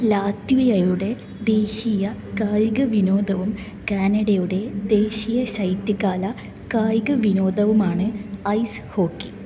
ലാത്വിയയുടെ ദേശീയ കായിക വിനോദവും കാനഡയുടെ ദേശീയ ശൈത്യകാല കായിക വിനോദവുമാണ് ഐസ് ഹോക്കി